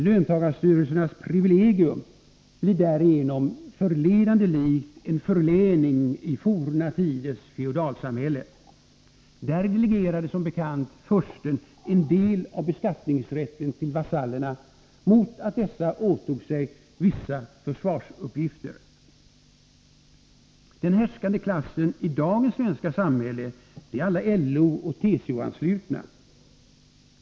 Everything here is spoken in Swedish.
Löntagarstyrelsernas privilegium blir därigenom förledande likt en förläning i forna tiders feodalsamhälle. Där delegerade som bekant fursten en del av beskattningsrätten till vasallerna mot att dessa åtog sig vissa försvarsuppgifter. Den härskande klassen i dagens svenska samhälle är alla LO och TCO-anslutna.